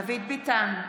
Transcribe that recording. דוד ביטן,